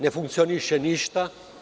Ne funkcioniše ništa.